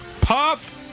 Puff